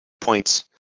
points